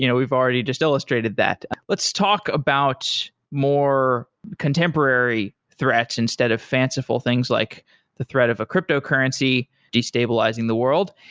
you know we've already just illustrated that. let's talk about more contemporary threats instead of fanciful things like the threat of a cryptocurrency destabilizing the world.